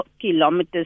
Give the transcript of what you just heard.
kilometers